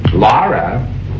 Laura